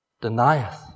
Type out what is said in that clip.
Denieth